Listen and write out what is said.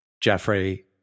Jeffrey